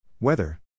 Weather